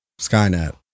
Skynet